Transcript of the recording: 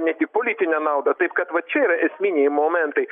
ne tik politinę naudą taip kad va čia yra esminiai momentai